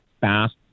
fast